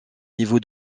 niveau